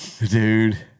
Dude